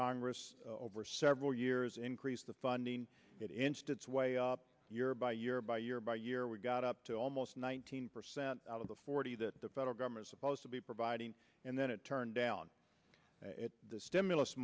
congress over several years increase the funding get instance way up year by year by year by year we got up to almost one thousand percent out of the forty that the federal government supposed to be providing and then it turned down the stimulus